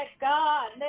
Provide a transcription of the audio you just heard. God